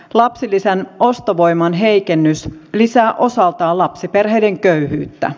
lapsilisän ostovoiman heikennys lisää osaltaan lapsiperheiden köyhyyttä